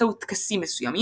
באמצעות טקסים מסוימים,